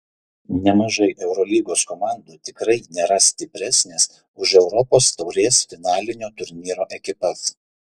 nemažai eurolygos komandų tikrai nėra stipresnės už europos taurės finalinio turnyro ekipas